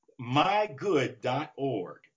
Mygood.org